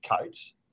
coats